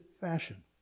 fashion